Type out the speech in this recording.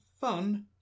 fun